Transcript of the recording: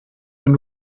wenn